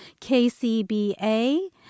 KCBA